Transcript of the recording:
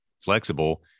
flexible